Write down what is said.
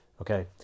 Okay